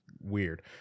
weird